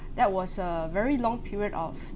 that was a very long period of